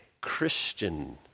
Christian